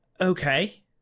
okay